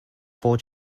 four